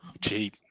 Cheap